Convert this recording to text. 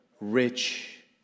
rich